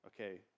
okay